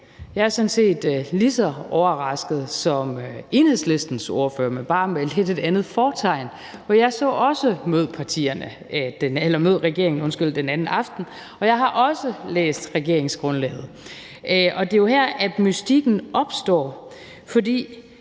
Jeg er sådan set lige så overrasket som Enhedslistens ordfører, men bare med et helt, helt andet fortegn, for jeg så også »Mød Regeringen« den anden aften, og jeg har også læst regeringsgrundlaget. Og det er jo her, mystikken opstår, for